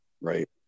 right